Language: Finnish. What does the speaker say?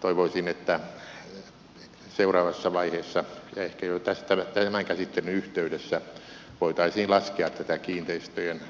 toivoisin että seuraavassa vaiheessa ehkä jo tämän käsittelyn yhteydessä voitaisiin laskea tätä kiinteistöjen